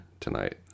tonight